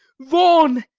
vaughan,